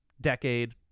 decade